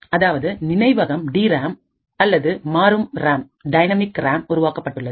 அதாவது நினைவகம் D RAM அல்லது மாறும் ராமால் உருவாக்கப்பட்டுள்ளது